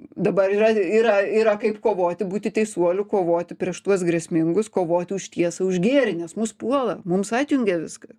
dabar yra yra yra kaip kovoti būti teisuoliu kovoti prieš tuos grėsmingus kovoti už tiesą už gėrį nes mus puola mums atjungia viską